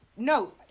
No